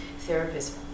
therapists